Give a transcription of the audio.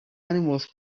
animals